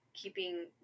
keeping